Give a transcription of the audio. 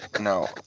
No